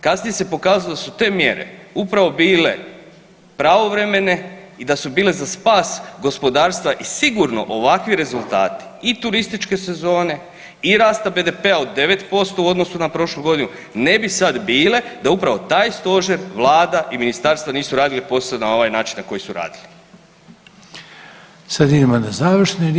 Kasnije se pokazalo da su te mjere upravo bile pravovremene i da su bile za spas gospodarstva i sigurno ovakvi rezultati i turističke sezone i rasta BDP-a od 9% u odnosu na prošlu godinu ne bi sad bile da upravo taj stožer, vlada i ministarstva nisu radila ovaj posao na ovaj način na koji su radili.